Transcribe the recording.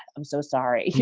i'm so sorry.